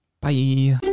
Bye